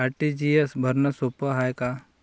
RTGS भरनं सोप हाय का?